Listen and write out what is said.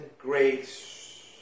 grace